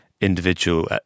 individual